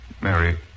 Mary